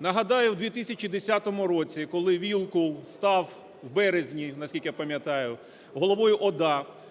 Нагадаю, в 2010 році, коли Вілкул став в березні, наскільки я пам'ятаю, головою ОДА,